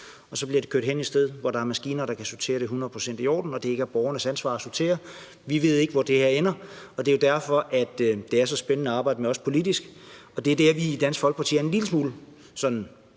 og så bliver det kørt hen et sted, hvor der er maskiner, der kan sortere det, så det er hundrede procent i orden, og så det ikke er borgernes ansvar at sortere. Vi ved ikke, hvor det her ender, og det er jo også derfor, det er så spændende at arbejde med politisk. Det er der, vi i Dansk Folkeparti er en lille smule,